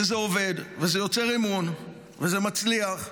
וזה עובד, וזה יוצר אמון, וזה מצליח,